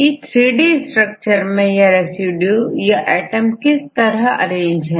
की 3D structure में यह रेसिड्यू या एटम किस तरह से अरेंज हैं